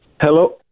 Hello